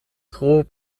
tro